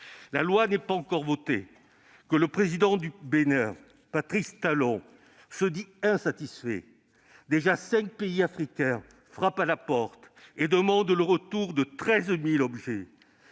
La loi n'est pas encore votée que le président du Bénin, Patrice Talon, se dit « insatisfait ». Déjà cinq pays africains frappent à la porte et demandent le retour de 13 000 objets.